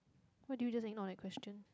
why do you just ignore that question